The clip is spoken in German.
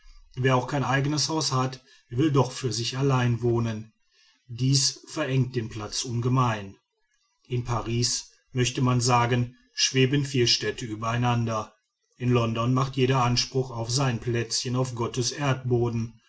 wer auch kein eigenes haus hat will doch für sich allein wohnen dies verengt den platz ungemein in paris möchte man sagen schweben vier städte übereinander in london macht jeder anspruch auf sein plätzchen auf gottes erdboden